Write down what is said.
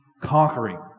conquering